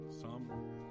Psalm